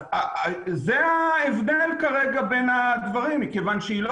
אז זה ההבדל כרגע בין הדברים מכיוון שהיא לא